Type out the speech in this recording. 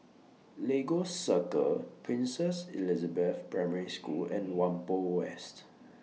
Lagos Circle Princess Elizabeth Primary School and Whampoa West